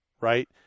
right